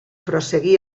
prosseguí